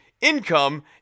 income